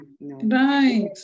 Right